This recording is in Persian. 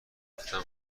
گفتم